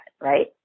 right